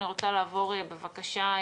אני רוצה לעבור למשרדים.